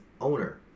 owner